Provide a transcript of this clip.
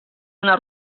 una